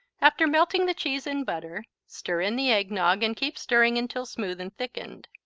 after melting the cheese in butter, stir in the eggnog and keep stirring until smooth and thickened.